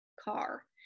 car